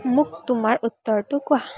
মোক তোমাৰ উত্তৰটো কোৱা